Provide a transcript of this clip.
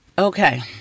Okay